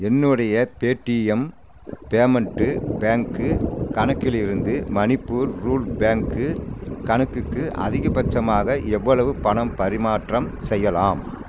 என்னுடைய Paytm payment bank கணக்கிலிருந்து Manipur rule bank கணக்குக்கு அதிகபட்சமாக எவ்வளவு பணம் பரிமாற்றம் செய்யலாம்